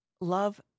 love